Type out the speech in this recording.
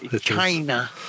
China